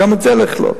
גם את זה לכלול,